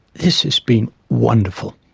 this has been wonderful,